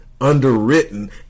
underwritten